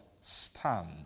stand